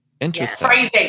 Interesting